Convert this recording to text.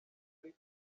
ari